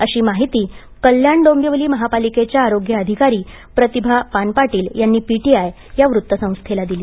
अशी माहिती कल्याण डोंबिवली महापालिकेच्या आरोग्य अधिकारी प्रतिभा पानपाटील यांनी पीटीआय या वृत्तसंस्थेला दिली